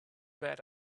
bad